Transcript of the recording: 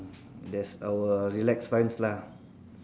that's our relax times lah